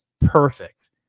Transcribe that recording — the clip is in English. Perfect